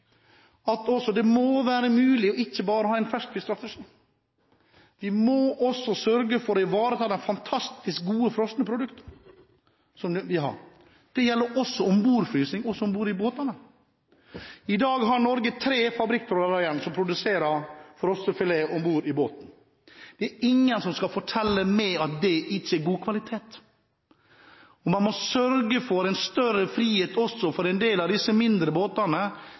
gjelder også ombordfrysing i båtene. I dag har Norge tre fabrikktrålere igjen som produserer frossenfilet om bord. Det er ingen som skal fortelle meg at fisken ikke er av god kvalitet. Man må sørge for større frihet for de mindre båtene,